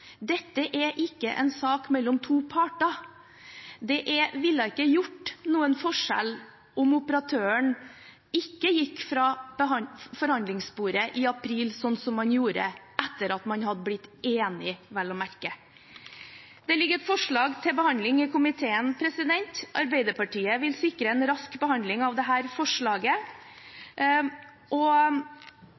Dette er ikke en sak mellom to parter. Det ville ikke gjort noen forskjell om operatøren ikke gikk fra forhandlingsbordet i april, som man gjorde, vel å merke etter at man hadde blitt enige. Det ligger et forslag til behandling i komiteen. Arbeiderpartiet vil sikre en rask behandling av dette forslaget.